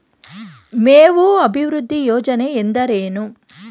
ಮೇವು ಅಭಿವೃದ್ಧಿ ಯೋಜನೆ ಎಂದರೇನು?